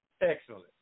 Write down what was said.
Excellent